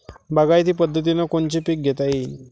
बागायती पद्धतीनं कोनचे पीक घेता येईन?